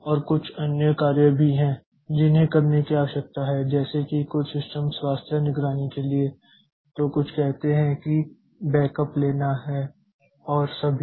और कुछ अन्य कार्य भी हैं जिन्हें करने की आवश्यकता है जैसे कि कुछ सिस्टम स्वास्थ्य निगरानी के लिए तो कुछ कहते हैं कि बैकअप लेना और सभी